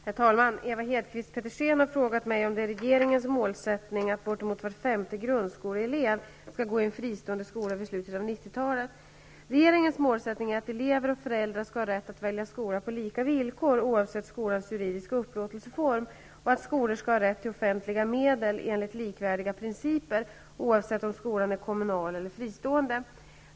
Herr talman! Ewa Hedkvist Petersen har frågat mig om det är regeringens målsättning att bortemot var femte grundskoleelev skall gå i en fristående skola vid slutet av 90-talet. Regeringens målsättning är att elever och föräldrar skall ha rätt att välja skola på lika villkor, oavsett skolans juridiska upplåtelseform, och att skolor skall ha rätt till offentliga medel enligt likvärdiga principer oavsett om skolan är kommunal eller fristående.